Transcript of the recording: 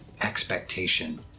expectation